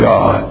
God